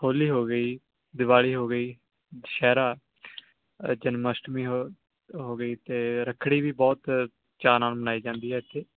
ਹੋਲੀ ਹੋ ਗਈ ਦਿਵਾਲੀ ਹੋ ਗਈ ਦੁਸਹਿਰਾ ਜਨਮਸ਼ਟਮੀ ਹੋ ਹੋ ਗਈ ਅਤੇ ਰੱਖੜੀ ਵੀ ਬਹੁਤ ਚਾਅ ਨਾਲ ਮਨਾਈ ਜਾਂਦੀ ਹੈ ਇੱਥੇ